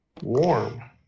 warm